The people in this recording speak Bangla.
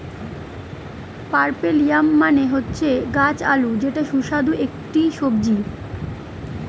পার্পেল ইয়াম মানে হচ্ছে গাছ আলু যেটা সুস্বাদু একটি সবজি